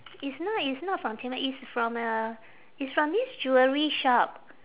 it's not it's not from tiffany it's from a it's from this jewellery shop